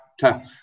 tough